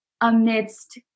amidst